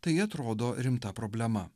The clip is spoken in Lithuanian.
tai atrodo rimta problema